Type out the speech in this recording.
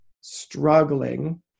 struggling